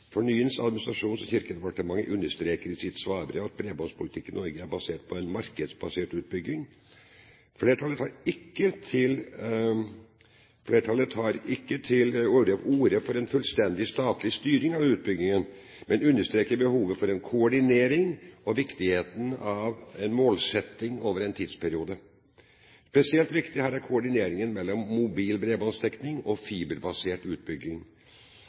Fornyings-, administrasjons- og kirkedepartementet understreker i sitt svarbrev at bredbåndspolitikken i Norge er basert på en markedsbasert utbygging. Flertallet tar ikke til orde for en fullstendig statlig styring av utbyggingen, men understreker behovet for en koordinering og viktigheten av en målsetting over en tidsperiode. Spesielt viktig her er koordineringen mellom mobil bredbåndsdekning og fiberbasert utbygging.